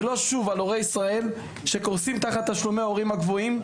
לא על הורי ישראל שקורסים תחת תשלומי ההורים הגבוהים.